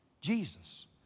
Jesus